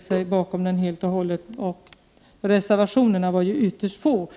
sig bakom och där reservationerna var ytterst få.